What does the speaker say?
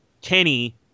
Kenny